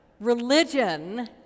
Religion